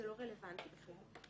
זה לא רלוונטי בכלל.